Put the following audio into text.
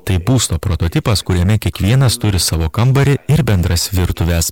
tai būsto prototipas kuriame kiekvienas turi savo kambarį ir bendras virtuves